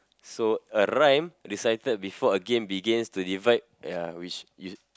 so a rhyme recited before a game begins to divide ya which is